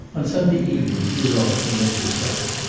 on sunday evenings rudolph came in to supper.